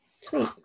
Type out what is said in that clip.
Sweet